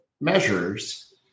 measures